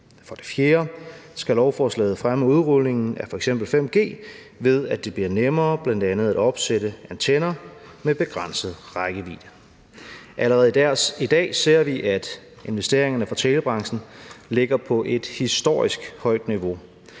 For det fjerde skal lovforslaget fremme udrulningen af f.eks. 5G, ved at det bliver nemmere bl.a. at opsætte antenner med begrænset rækkevidde. Allerede i dag ser vi, at investeringerne fra telebranchen ligger på et historisk højt niveau,